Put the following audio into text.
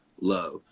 love